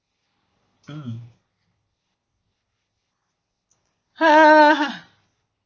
mm